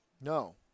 No